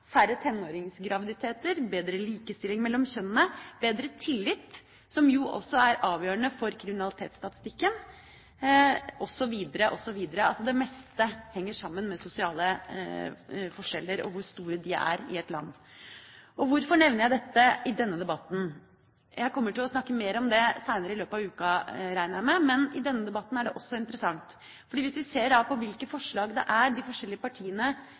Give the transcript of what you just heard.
færre tenåringsgraviditeter, bedre likestilling mellom kjønnene, bedre tillit som jo også er avgjørende for kriminalitetsstatistikken, osv. Altså: Det meste henger sammen med sosiale forskjeller, og hvor store de er i et land. Hvorfor nevner jeg dette i denne debatten? Jeg kommer til å snakke mer om det i løpet av uka, regner jeg med, men i denne debatten er det også interessant. Hvis vi ser på hvilke forslag de forskjellige partiene har funnet ut at de syns det er